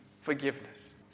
forgiveness